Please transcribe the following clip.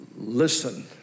listen